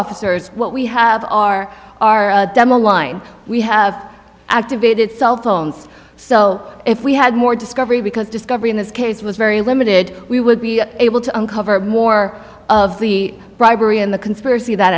officers what we have are our demo line we have activated cell phones so if we had more discovery because discovery in this case was very limited we would be able to uncover more of the bribery and the conspiracy